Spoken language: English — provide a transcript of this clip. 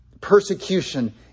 persecution